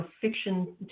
fiction